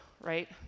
right